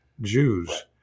Jews